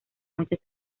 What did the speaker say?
muchas